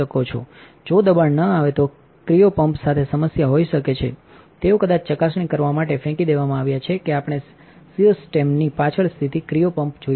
જો દબાણ ન આવે તોક્રિઓપંપસાથે સમસ્યા હોઈ શકે છેતેઓ કદાચ ચકાસણી કરવા માટે ફેંકી દેવામાં આવ્યાં છે કે આપણેસીયોસ્ટેમનીપાછળ સ્થિતક્રિઓપમ્પજોશું